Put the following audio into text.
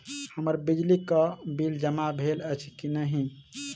हम्मर बिजली कऽ बिल जमा भेल अछि की नहि?